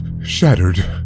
shattered